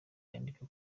yandika